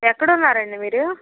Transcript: ఎక్కడున్నారు అండి మీరు